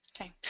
Okay